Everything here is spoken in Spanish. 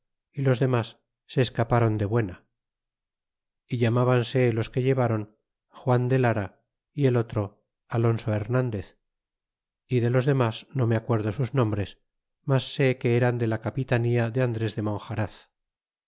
y los denlas se escapron de buena y ilambanse los que ilevron juan de lara y el otro alonso hernandez y de los demas no me acuerdo sus nombres mas sé que eran de la capitanía de andres de monjaraz